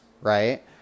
right